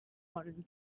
modern